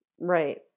Right